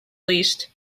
least